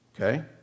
okay